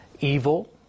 evil